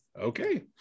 okay